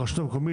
הרשות המקומית,